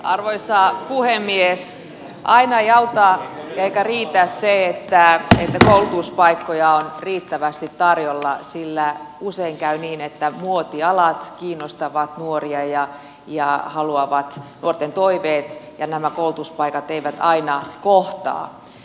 aina ei auta eikä riitä se että koulutuspaikkoja on riittävästi tarjolla sillä usein käy niin että muotialat kiinnostavat nuoria ja nuorten toiveet ja nämä koulutuspaikat eivät aina kohtaa